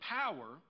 power